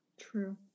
True